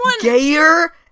gayer